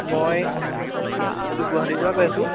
মই শিৱ এইটো গুৱাহাটীৰপৰা কয় আছো